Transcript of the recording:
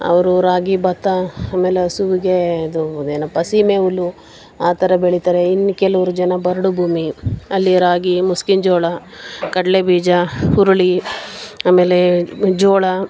ಅವರು ರಾಗಿ ಭತ್ತ ಆಮೇಲೆ ಹಸುವಿಗೆ ಇದು ಅದೇನಪ್ಪ ಸೀಮೆ ಹುಲ್ಲು ಆ ಥರ ಬೆಳಿತಾರೆ ಇನ್ನು ಕೆಲವ್ರು ಜನ ಬರಡು ಭೂಮಿ ಅಲ್ಲಿ ರಾಗಿ ಮುಸ್ಕಿನ ಜೋಳ ಕಡಲೆ ಬೀಜ ಹುರುಳಿ ಆಮೇಲೆ ಜೋಳ